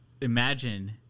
imagine